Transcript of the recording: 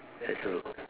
enter~